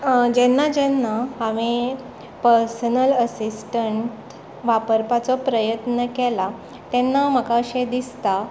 जेन्ना जेन्ना हांवें पर्सनल एसिस्टंट वापरपाचो प्रयत्न केला तेन्ना म्हाका अशें दिसता